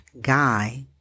guy